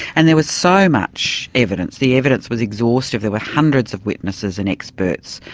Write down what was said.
and there was so much evidence the evidence was exhaustive, there were hundreds of witnesses and experts,